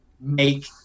make